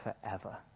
forever